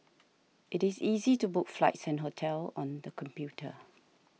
it is easy to book flights and hotels on the computer